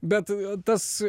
bet tas